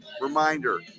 Reminder